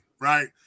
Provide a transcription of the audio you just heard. right